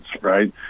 right